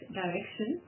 direction